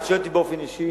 את שואלת אותי באופן אישי?